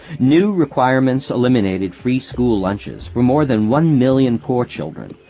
new requirements eliminated free school lunches for more than one million poor children,